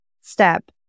step